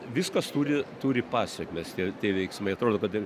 viskas turi turi pasekmes tie tie veiksmai atrodo kad ir